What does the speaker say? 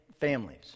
families